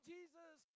Jesus